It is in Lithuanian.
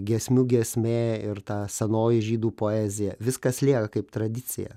giesmių giesmė ir ta senoji žydų poezija viskas lieka kaip tradicija